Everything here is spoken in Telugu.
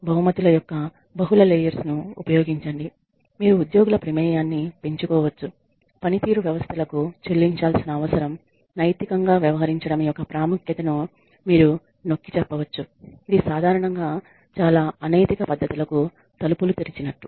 బహుమతుల యొక్క బహుళ లేయర్స్ ను ఉపయోగించండి మీరు ఉద్యోగుల ప్రమేయాన్ని పెంచుకోవచ్చు పనితీరు వ్యవస్థలకు చెల్లించాల్సిన అవసరం నైతికంగా వ్యవహరించడం యొక్క ప్రాముఖ్యతను మీరు నొక్కిచెప్పవచ్చు ఇది సాధారణంగా చాలా అనైతిక పద్ధతులకు తలుపులు తెరిచినట్టు